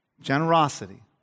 Generosity